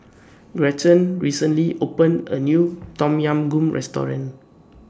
Gretchen recently opened A New Tom Yam Goong Restaurant